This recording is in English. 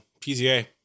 PZA